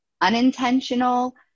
unintentional